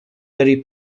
very